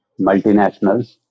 multinationals